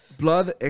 Blood